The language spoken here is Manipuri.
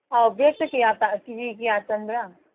ꯑꯣ ꯕꯦꯛꯇ ꯀꯌꯥ ꯀꯦ ꯖꯤ ꯀꯌꯥ ꯆꯟꯕ꯭ꯔꯥ